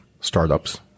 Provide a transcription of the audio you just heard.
startups